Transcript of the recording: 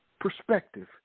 perspective